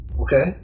Okay